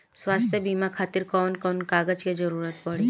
स्वास्थ्य बीमा खातिर कवन कवन कागज के जरुरत पड़ी?